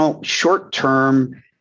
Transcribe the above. short-term